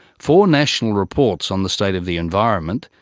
four national reports on the state of the environment,